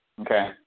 Okay